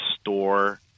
store